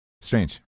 Strange